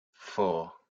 four